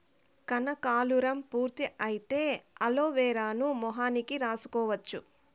కనకాలురం పూర్తి అయితే అలోవెరాను మొహానికి రాసుకోవచ్చు